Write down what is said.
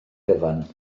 gyfan